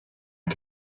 ich